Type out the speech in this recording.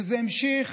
וזה המשיך